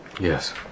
yes